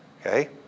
Okay